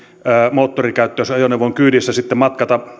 moottorikäyttöisen ajoneuvon kyydissä sitten matkata